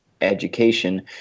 education